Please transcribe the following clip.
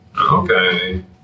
Okay